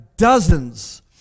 Dozens